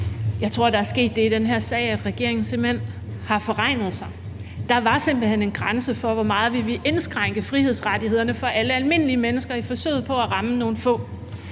Jeg tror, der er sket det i den her sag, at regeringen simpelt hen har forregnet sig. Der var simpelt hen en grænse for, hvor meget vi ville indskrænke frihedsrettighederne for alle almindelige mennesker i forsøget på at ramme nogle få.